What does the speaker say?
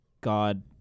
God